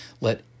let